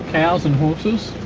cows and horses.